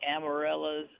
amarellas